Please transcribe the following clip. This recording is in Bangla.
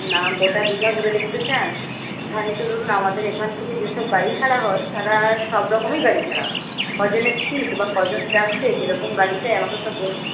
না গোটা দীঘা ঘুরে দেখতে চান এখানে তো ধরুন আমাদের এখান থেকে যেসব গাড়ি ছাড়া হয় তারা সবরকমই গাড়ি ছাড়া হয় কজনের সিট বা কজন যাচ্ছে কীরকম গাড়ি চাই আমাকে সব বলুন